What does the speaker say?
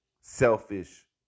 selfish